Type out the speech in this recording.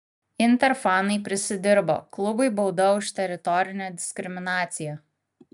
inter fanai prisidirbo klubui bauda už teritorinę diskriminaciją